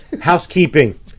Housekeeping